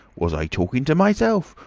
was i talking to myself?